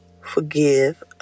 forgive